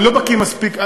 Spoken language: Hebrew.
אני לא בקי מספיק.